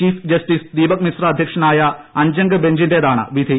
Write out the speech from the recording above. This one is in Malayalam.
ചീഫ് ജസ്റ്റിസ് ദീപക് മിശ്ര അധ്യക്ഷനായ അഞ്ചംഗബഞ്ചിന്റേതാണ് വിധി